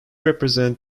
represent